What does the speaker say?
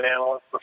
analyst